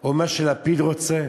או ממה שלפיד רוצה?